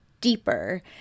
deeper